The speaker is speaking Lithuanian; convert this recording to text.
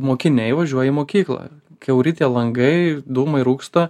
mokiniai važiuoją į mokyklą kiauri tie langai dūmai rūksta